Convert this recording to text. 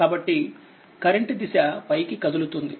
కాబట్టికరెంట్దిశపైకి కదులుతుంది